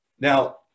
Now